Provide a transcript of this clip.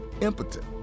impotent